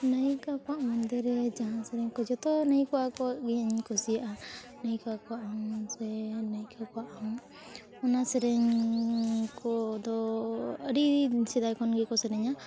ᱱᱟᱭᱤᱠᱟ ᱠᱚᱣᱟᱜ ᱢᱚᱱᱫᱤᱨ ᱨᱮ ᱡᱟᱦᱟᱸ ᱥᱮᱨᱮᱧ ᱠᱚ ᱡᱚᱛᱚ ᱱᱤᱭᱟᱹ ᱠᱚ ᱟᱠᱚ ᱤᱧ ᱠᱩᱥᱤᱭᱟᱜᱼᱟ ᱱᱟᱭᱤᱠᱟ ᱠᱚᱣᱟᱜ ᱦᱚᱸ ᱥᱮ ᱱᱟᱭᱤᱠᱟ ᱠᱚᱣᱟᱜ ᱦᱚᱸ ᱚᱱᱟ ᱥᱮᱨᱮᱧ ᱠᱚᱫᱚ ᱟᱹᱰᱤ ᱥᱮᱫᱟᱭ ᱠᱷᱚᱱ ᱜᱮᱠᱚ ᱥᱮᱨᱮᱧᱟ